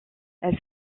elle